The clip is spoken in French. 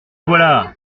voilà